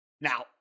Now